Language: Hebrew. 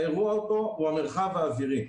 האירוע פה הוא המרחב האווירי.